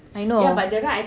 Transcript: I know